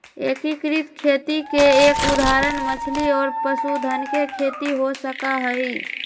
एकीकृत खेती के एक उदाहरण मछली और पशुधन के खेती हो सका हई